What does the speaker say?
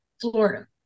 Florida